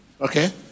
Okay